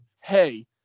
hey